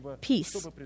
peace